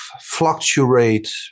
fluctuate